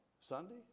Sunday